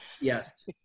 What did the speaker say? Yes